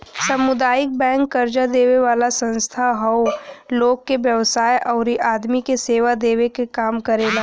सामुदायिक बैंक कर्जा देवे वाला संस्था हौ लोग के व्यवसाय आउर आदमी के सेवा देवे क काम करेला